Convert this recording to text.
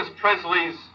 Presley's